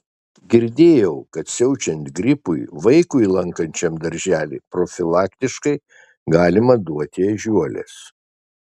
girdėjau kad siaučiant gripui vaikui lankančiam darželį profilaktiškai galima duoti ežiuolės